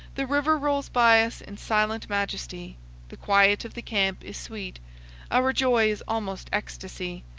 the river rolls by us in silent majesty the quiet of the camp is sweet our joy is almost ecstasy.